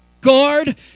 guard